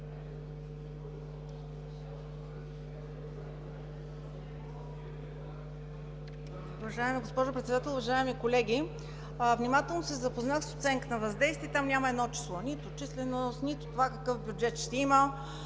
Уважаема госпожо Председател, уважаеми колеги! Внимателно се запознах с оценката на въздействие и там няма нито едно число – нито численост, нито това какъв бюджет ще има.